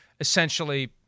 essentially